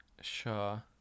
Sure